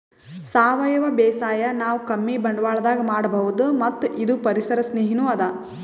ಸಾವಯವ ಬೇಸಾಯ್ ನಾವ್ ಕಮ್ಮಿ ಬಂಡ್ವಾಳದಾಗ್ ಮಾಡಬಹುದ್ ಮತ್ತ್ ಇದು ಪರಿಸರ್ ಸ್ನೇಹಿನೂ ಅದಾ